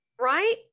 Right